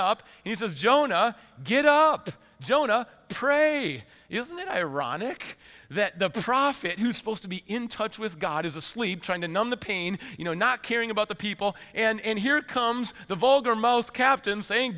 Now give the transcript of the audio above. up he says jonah get up jonah pray isn't it ironic that the prophet who's supposed to be in touch with god is asleep trying to numb the pain you know not caring about the people and here comes the vulgar most captain saying